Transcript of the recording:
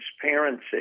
transparency